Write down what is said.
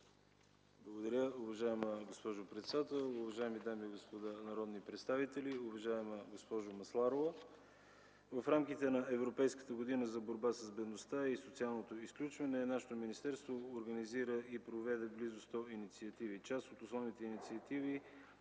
Благодаря, уважаема госпожо председател. Уважаеми дами и господа народни представители! Уважаема госпожо Масларова, в рамките на Европейската година за борба с бедността и социалното изключване нашето министерство организира и проведе близо 100 инициативи. Част от основните инициативи